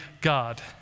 God